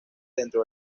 dentro